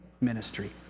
ministry